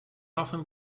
often